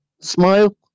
smile